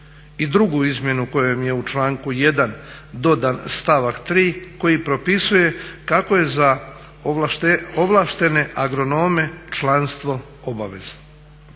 I drugu izmjenu kojom je u članku 1. dodan stavak 3. koji propisuje kako je za ovlaštene agronome članstvo obavezno.